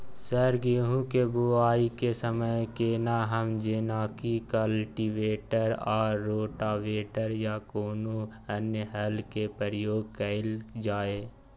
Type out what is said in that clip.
Sir गेहूं के बुआई के समय केना हल जेनाकी कल्टिवेटर आ रोटावेटर या कोनो अन्य हल के प्रयोग कैल जाए?